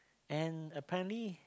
and apparently